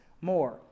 more